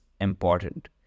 important